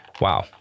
wow